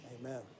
Amen